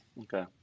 Okay